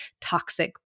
toxic